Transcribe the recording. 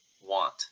want